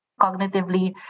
cognitively